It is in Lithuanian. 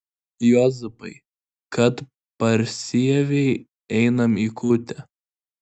juozapai kad persiavei einam į kūtę